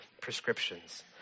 prescriptions